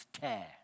tear